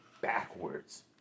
backwards